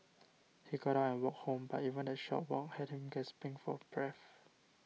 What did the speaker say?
he got out and walked home but even that short walk had him gasping for breath